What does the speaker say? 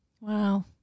Wow